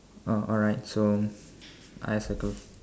oh alright so I circle